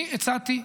אני הצעתי,